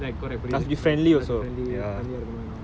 like correct put it must be friendly friendly and all